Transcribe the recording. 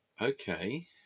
Okay